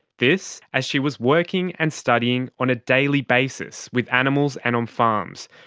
this as she was working and studying on a daily basis with animals and on farms,